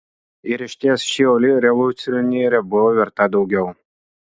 ir išties ši uoli revoliucionierė buvo verta daugiau